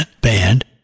band